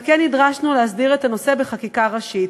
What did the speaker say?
על כן נדרשנו להסדיר את הנושא בחקיקה ראשית.